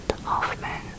Hoffman